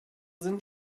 sind